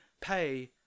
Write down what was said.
pay